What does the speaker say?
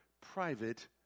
private